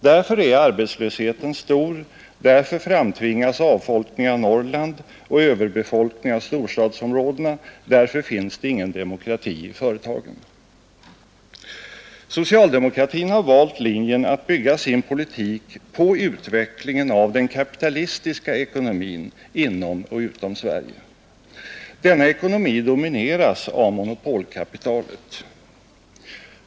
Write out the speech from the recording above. Därför är arbetslösheten stor, därför framtvingas en avfolkning av Norrland och överbefolkning av storstadsområdena, därför finns det ingen demokrati i företagen. Socialdemokratin har valt att bygga sin politik på utvecklingen av den kapitalistiska ekonomin inom och utom Sverige. Denna ekonomi domineras av monopolkapitalet.